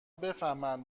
بفهمن